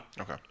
Okay